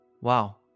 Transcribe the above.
Wow